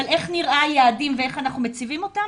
איך נראים היעדים ואיך אנחנו מציבים אותם.